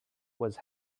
was